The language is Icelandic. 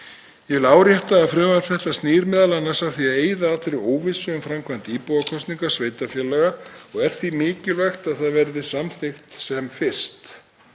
Ég vil árétta að frumvarp þetta snýr m.a. að því að eyða allri óvissu um framkvæmd íbúakosninga sveitarfélaga og er því mikilvægt að það verði samþykkt sem fyrst,